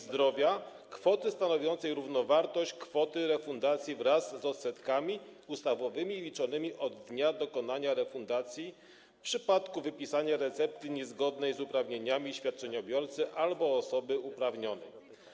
Zdrowa kwoty stanowiącej równowartość kwoty refundacji wraz z odsetkami ustawowymi liczonymi od dnia dokonania refundacji w przypadku wypisania recepty niezgodnej z uprawnieniami świadczeniobiorcy albo osoby uprawnionej.